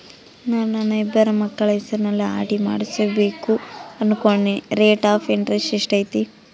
ನಾನು ನನ್ನ ಇಬ್ಬರು ಮಕ್ಕಳ ಹೆಸರಲ್ಲಿ ಆರ್.ಡಿ ಮಾಡಿಸಬೇಕು ಅನುಕೊಂಡಿನಿ ರೇಟ್ ಆಫ್ ಇಂಟರೆಸ್ಟ್ ಎಷ್ಟೈತಿ?